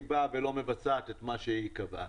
היא לא מבצעת את מה שהיא קבעה.